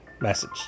message